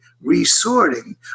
resorting